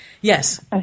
Yes